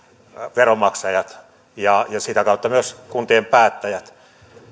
veronmaksajat ja sitä kautta myös kuntien päättäjät